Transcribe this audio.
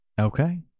Okay